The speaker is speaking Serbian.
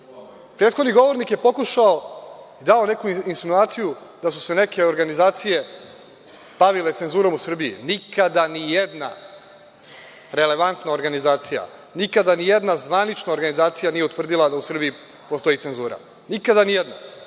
govornik je pokušao, dao neku insinuaciju da su se neke organizacije bavile cenzurom u Srbiji. Nikada nijedna relevantna organizacija. Nikada nijedna zvanična organizacija nije utvrdila da u Srbiji postoji cenzura, nikada nijedna.